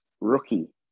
rookie